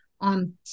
on